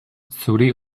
zuri